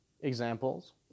examples